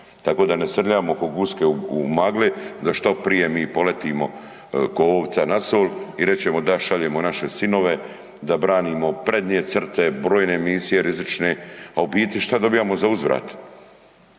Tako da ne srljamo ko guske u magli, da što prije mi poletimo ko ovca na sol i reći ćemo da šaljemo naše sinove, da branimo prednje crte, brojne misije rizične a u biti šta dobivamo zauzvrat?